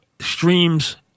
streams